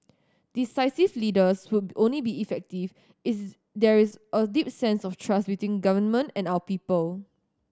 decisive leaders would only be effective is there is a deep sense of trust between government and our people